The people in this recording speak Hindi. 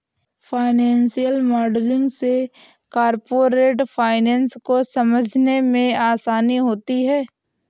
फाइनेंशियल मॉडलिंग से कॉरपोरेट फाइनेंस को समझने में आसानी होती है